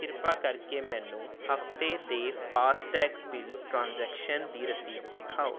ਕਿਰਪਾ ਕਰਕੇ ਮੈਨੂੰ ਹਫ਼ਤੇ ਦੇ ਫਾਸਟੈਗ ਬਿੱਲ ਟ੍ਰਾਂਜੈਕਸ਼ਨ ਦੀ ਰਸੀਦ ਦਿਖਾਓ